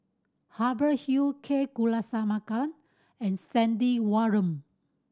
Hubert Hill K Kulasekaram and Stanley Warren